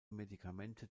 medikamente